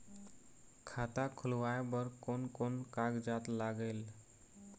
खाता खुलवाय बर कोन कोन कागजात लागेल?